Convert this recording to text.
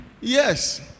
yes